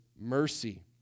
mercy